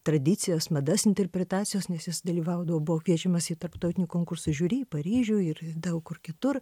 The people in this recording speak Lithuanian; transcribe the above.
tradicijas madas interpretacijos nes jis dalyvaudavo buvo kviečiamas į tarptautinių konkursų žiuri į paryžių ir daug kur kitur